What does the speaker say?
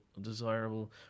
desirable